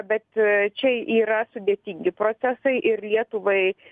bet čia yra sudėtingi procesai ir lietuvai